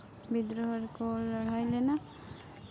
ᱵᱤᱫᱨᱳᱦᱚ ᱨᱮᱠᱚ ᱞᱟᱹᱲᱦᱟᱹᱭ ᱞᱮᱱᱟ